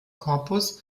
corpus